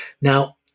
Now